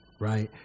right